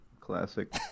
Classic